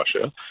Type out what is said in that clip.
Russia